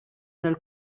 nel